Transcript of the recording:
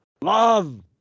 love